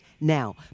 now